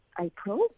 April